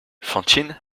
fantine